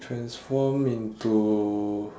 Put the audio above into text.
transform into